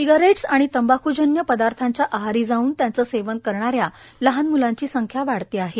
cigarettes आणि तंबाख्जन्य पदार्थांच्या आहारी जाऊन त्याचे सेवन करणाऱ्या लहान मूलांची संख्या वाढत आहे